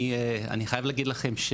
אני חייב להגיד לכם,